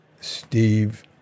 Steve